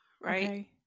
Right